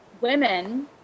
Women